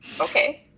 Okay